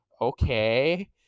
okay